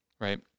right